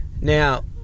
now